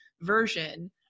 version